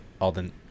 alden